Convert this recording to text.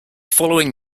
following